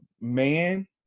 man